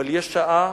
אבל יש שעה